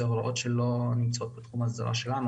אלה הוראות שלא נמצאות בתחום ההסדרה שלנו